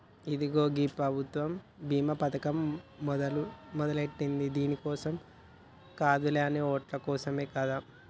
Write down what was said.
ఇదిగో గీ ప్రభుత్వం కొత్త బీమా పథకం మొదలెట్టింది దీని కోసం కాదులే ఓట్ల కోసమే కదా